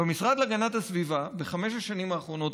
במשרד להגנת הסביבה בחמש השנים האחרונות,